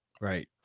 Right